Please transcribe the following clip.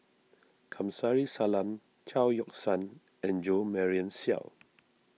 Kamsari Salam Chao Yoke San and Jo Marion Seow